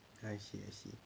I see I see